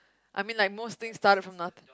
I mean like most things started from nothing